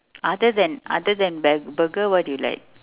other than other than bu~ burger what do you like